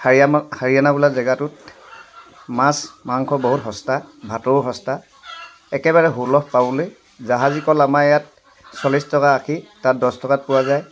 হাৰিয়ানা হাৰিয়ানা বোলা জেগাটো মাছ মাংস বহুত সস্তা ভাতৰো সস্তা একেবাৰে সুলভ পাবলৈ জাহাজী কল আমাৰ ইয়াত চল্লিছ টকা আষি তাত দছ টকাত পোৱা যায়